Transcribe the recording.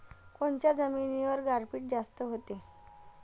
कोनच्या जमिनीवर गारपीट जास्त व्हते?